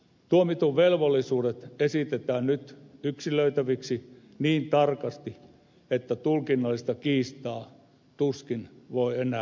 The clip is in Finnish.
tuomitun velvollisuudet esitetään nyt yksilöitäviksi niin tarkasti että tulkinnallista kiistaa tuskin voi enää syntyä